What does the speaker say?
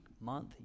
month